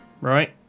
right